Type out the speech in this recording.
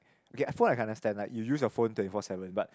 okay phone I can understand like you use your phone twenty four seven but